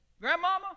Grandmama